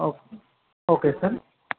okay okay sir